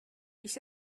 ich